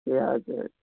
ए हजुर